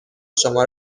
شما